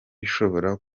bishobora